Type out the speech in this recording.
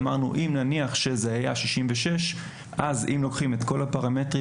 אמרנו אם נניח שזה היה 66 אז אם לוקחים את כל הפרמטרים